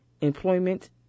employment